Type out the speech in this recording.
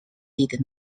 did